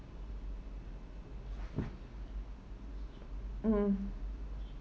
mm